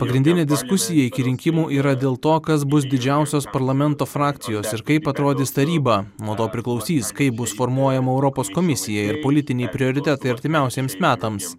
pagrindinė diskusija iki rinkimų yra dėl to kas bus didžiausios parlamento frakcijos ir kaip atrodys taryba nuo to priklausys kaip bus formuojama europos komisija ir politiniai prioritetai artimiausiems metams